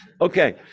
Okay